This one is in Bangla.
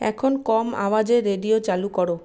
এখন কম আওয়াজে রেডিও চালু করো